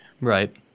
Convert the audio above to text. Right